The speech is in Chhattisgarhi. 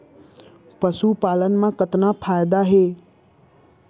पशुपालन मा कतना फायदा हे?